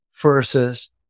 versus